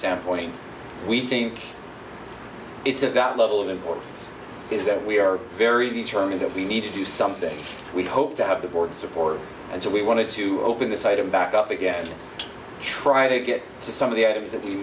sampling we think it's a gut level of importance is that we are very determined that we need to do something we hope to have the board support and so we wanted to open this item back up again to try to get to some of the items that